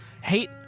hate